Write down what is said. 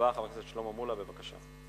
חבר הכנסת שלמה מולה, בבקשה.